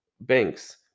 banks